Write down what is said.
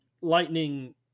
Lightning